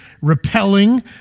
repelling